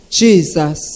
jesus